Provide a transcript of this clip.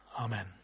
Amen